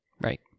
Right